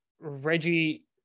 Reggie